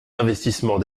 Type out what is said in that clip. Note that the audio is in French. investissements